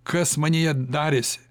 kas manyje darėsi